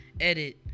edit